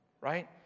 right